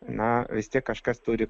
na vis tiek kažkas turi